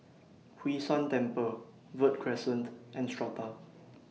Hwee San Temple Verde Crescent and Strata